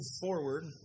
forward